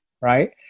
right